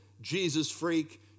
Jesus-freak